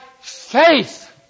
faith